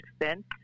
extent